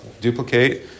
duplicate